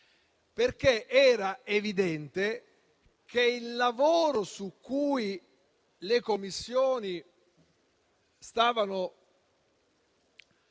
perché era evidente che il lavoro che le Commissioni stavano